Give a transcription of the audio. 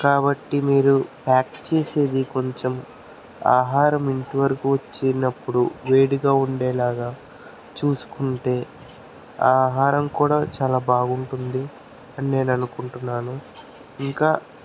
కాబట్టి మీరు ప్యాక్ చేసేది కొంచెం ఆహారం ఇంటి వరకు వచ్చినప్పుడు వేడిగా ఉండేలాగా చూసుకుంటే ఆహారం కూడా చాలా బాగుంటుంది అని నేను అనుకుంటున్నాను ఇంకా